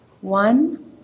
One